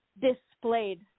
displayed